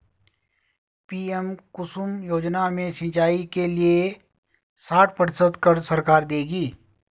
PM Kusum योजना में सिंचाई के लिए साठ प्रतिशत क़र्ज़ सरकार देगी